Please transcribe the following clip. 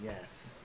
Yes